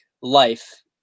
life